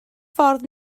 ffordd